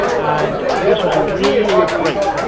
and this was a real break